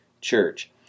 church